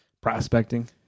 prospecting